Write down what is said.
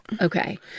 Okay